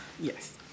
Yes